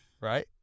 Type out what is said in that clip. Right